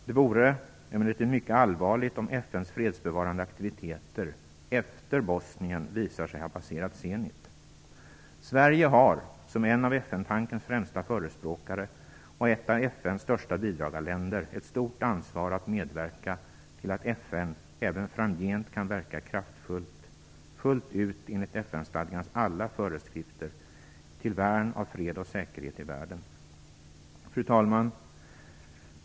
Det vore emellertid mycket allvarligt om FN:s fredsbevarande aktiviteter efter Bosnien visar sig ha passerat zenit. Sverige har, som en av FN tankens främsta förespråkare och ett av FN:s största bidragarländer, ett stort ansvar att medverka till att FN även framgent kan verka kraftfullt fullt ut enligt FN-stadgans alla föreskrifter till värn av fred och säkerhet i världen. Fru talman!